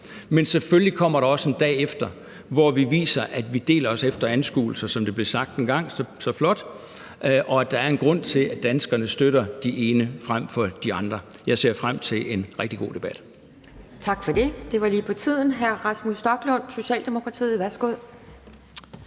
Men selvfølgelig kommer der også en dag efter, hvor vi viser, at vi deler os efter anskuelser, som det blev sagt engang så flot, og at der er en grund til, at danskerne støtter den ene frem for den anden. Jeg ser frem til en rigtig god debat. Kl. 11:40 Anden næstformand (Pia Kjærsgaard): Tak for det. Det var lige på tiden. Hr. Rasmus Stoklund, Socialdemokratiet, værsgo.